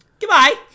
goodbye